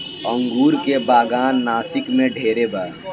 अंगूर के बागान नासिक में ढेरे बा